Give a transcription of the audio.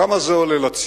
כמה זה עולה לציבור?